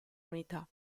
unità